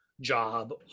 job